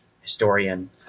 historian